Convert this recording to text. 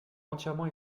entièrement